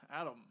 Adam